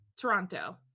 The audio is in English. Toronto